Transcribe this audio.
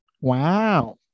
Wow